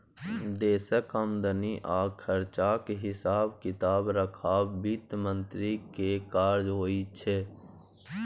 देशक आमदनी आ खरचाक हिसाब किताब राखब बित्त मंत्री केर काज होइ छै